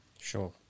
Sure